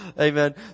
Amen